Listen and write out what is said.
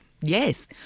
Yes